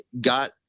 got